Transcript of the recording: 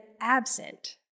absent